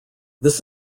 this